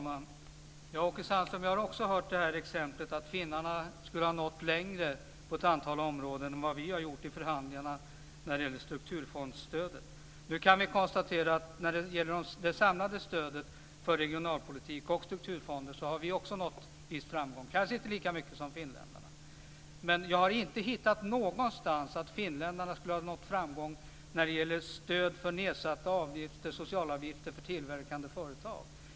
Fru talman! Jag har också hört exemplet, Åke Sandström, att finnarna skulle ha nått längre på ett antal områden än vad vi har gjort i förhandlingarna om strukturfondsstöden. Nu kan vi konstatera att när det gäller det samlade stödet för regionalpolitik och strukturfonder har också vi nått viss framgång, men kanske inte lika mycket som finländarna. Jag har inte hittat någonstans att finländarna skulle ha nått framgång när det gäller stöd för nedsatta socialavgifter för tillverkande företag.